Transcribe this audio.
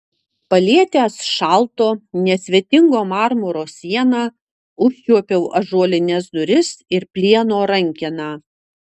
palietęs šalto nesvetingo marmuro sieną užčiuopiau ąžuolines duris ir plieno rankeną